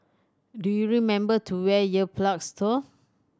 do you remember to wear ear plugs though